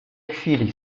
chwili